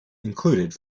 included